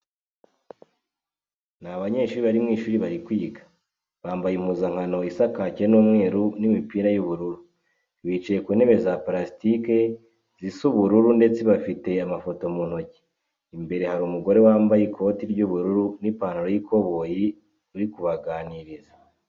Ni abanyeshuri bari mu ishuri bari kwiga, bambaye impuzankano isa kake n'umweru n'imipira y'ubururu. Bicaye ku ntebe za palasitike zisa ubururu ndetse bafite amafoto mu ntoki. Imbere hari umugore wambaye ikote ry'ubururu n'ipantaro y'ikoboyi uri kubaganiriza.